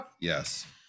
Yes